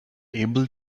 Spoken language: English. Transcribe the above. able